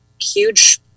huge